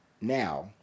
now